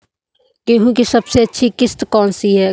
गेहूँ की सबसे अच्छी किश्त कौन सी होती है?